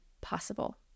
possible